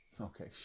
Okay